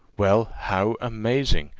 well, how amazing!